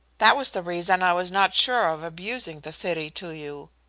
that was the reason i was not sure of abusing the city to you.